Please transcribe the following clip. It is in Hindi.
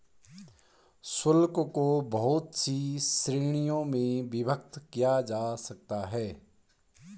शुल्क को बहुत सी श्रीणियों में विभक्त किया जा सकता है